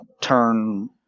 turn